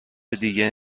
دیگه